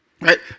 Right